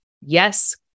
Yes